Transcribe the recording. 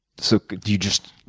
so could you just,